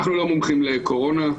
אנחנו לא מומחים לקורונה,